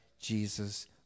Jesus